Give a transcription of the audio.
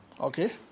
okay